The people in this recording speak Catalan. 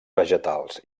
vegetals